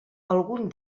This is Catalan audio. algun